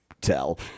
tell